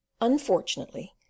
Unfortunately